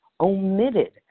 omitted